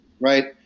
right